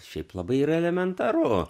šiaip labai yra elementaru